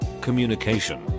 Communication